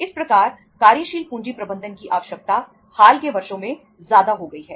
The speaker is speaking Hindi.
इस प्रकार कार्यशील पूंजी प्रबंधन की आवश्यकता हाल के वर्षों में ज्यादा हो गई है